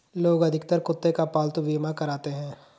लोग अधिकतर कुत्ते का पालतू बीमा कराते हैं